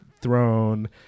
throne